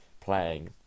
playing